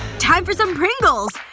time for some pringles!